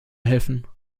helfen